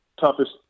toughest